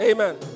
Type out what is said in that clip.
Amen